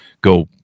go